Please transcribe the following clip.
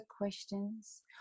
questions